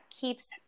keeps